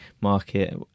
market